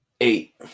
eight